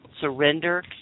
surrender